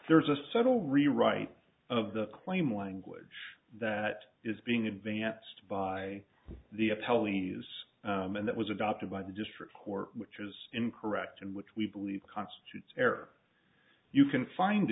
there's a subtle rewrite of the claim language that is being advanced by the telling us and that was adopted by the district court which is incorrect and which we believe constitutes air you can find